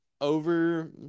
over